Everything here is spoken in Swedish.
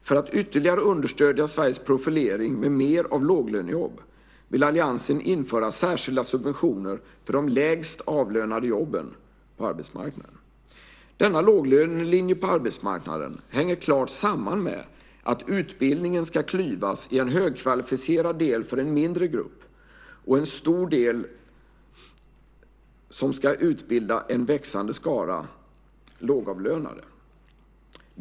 För att ytterligare understödja Sveriges profilering med mer av låglönejobb vill alliansen införa särskilda subventioner för de lägst avlönade jobben på arbetsmarknaden. Denna låglönelinje på arbetsmarknaden hänger klart samman med att utbildningen ska klyvas i en högkvalificerad del för en mindre grupp och en stor del som ska utbilda en växande skara lågavlönade.